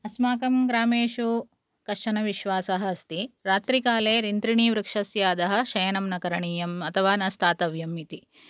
अस्माकं ग्रामेषु कश्चन विश्वासः अस्ति रात्रिकाले तिन्त्रिणीवृक्षस्य अधः शयनं न करणीयम् अथवा न स्थातव्यम् इति